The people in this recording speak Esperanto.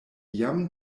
jam